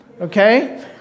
okay